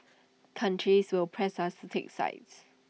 countries will press us to take sides